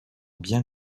bien